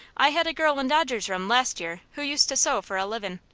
i had a girl in dodger's room last year who used to sew for a livin'.